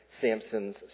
Samson's